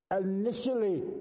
initially